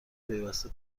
پیوسته